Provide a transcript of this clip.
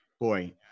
boy